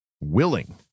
Willing